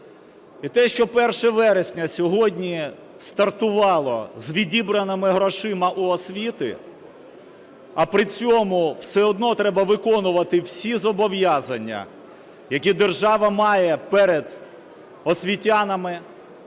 І те, що 1 вересня сьогодні стартувало з відібраними грошима у освіти, а при цьому все одно треба виконувати всі зобов'язання, які держава має перед освітянами,